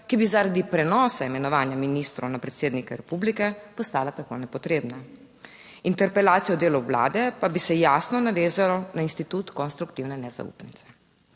ki bi zaradi prenosa imenovanja ministrov na predsednika republike postala tako nepotrebna. Interpelacija o delu vlade pa bi se jasno navezala na institut konstruktivne nezaupnice.